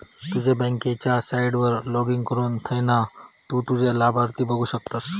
तुझ्या बँकेच्या साईटवर लाॅगिन करुन थयना तु तुझे लाभार्थी बघु शकतस